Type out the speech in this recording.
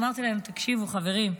אמרתי להם: תקשיבו, חברים,